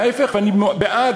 אני בעד.